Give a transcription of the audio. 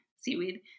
seaweed